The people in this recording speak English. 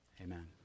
Amen